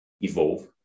evolve